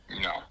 No